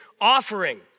offering